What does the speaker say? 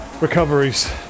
recoveries